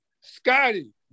Scotty